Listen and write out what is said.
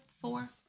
four